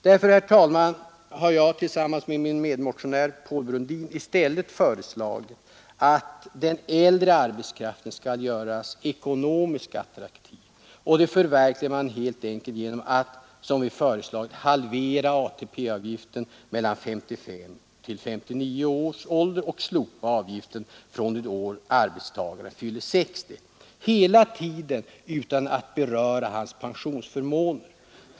Därför, herr talman, har jag tillsammans med min medmotionär i stället föreslagit att den äldre arbetskraften skall göras ekonomiskt attraktiv, och det förverkligar man helt enkelt genom att, som vi föreslagit, halvera ATP-avgiften mellan 55 och 59 års ålder och slopar den från det år arbetstagaren fyller 60 år — hela tiden utan att beröra hans pensionsförmåner.